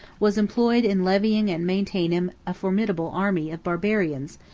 was employed in levying and maintaining a formidable army of barbarians,